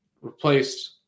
replaced